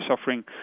suffering